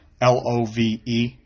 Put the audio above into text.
L-O-V-E